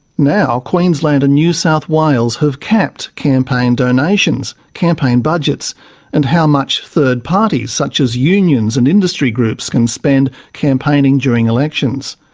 now, queensland and new south wales have capped campaign donations, campaign budgets and how much third parties, such as unions and industry groups, can spend campaigning during elections.